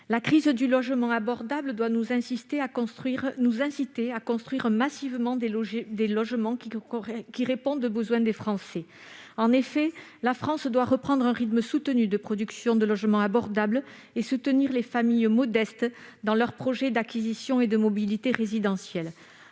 La crise du logement abordable doit nous inciter à construire massivement des logements qui répondent aux besoins des Français. La France doit reprendre un rythme soutenu de production de logements abordables et soutenir les familles modestes dans leur projet d'acquisition et de mobilité résidentielle.